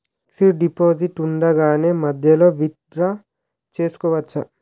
Fixed deposit ఉండగానే మధ్యలో withdraw చేసుకోవచ్చా?